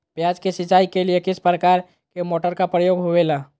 प्याज के सिंचाई के लिए किस प्रकार के मोटर का प्रयोग होवेला?